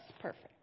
Perfect